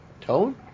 tone